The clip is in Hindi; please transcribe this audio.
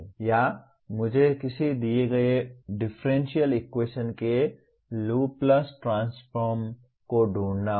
या मुझे किसी दिए गए डिफरेंशियल इक्वेशन के लाप्लास ट्रांसफॉर्म को ढूंढना होगा